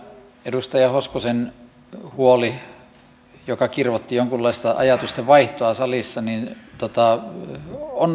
tämä edustaja hoskosen huoli joka kirvoitti jonkunlaista ajatustenvaihtoa salissa on perusteltu